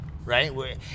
Right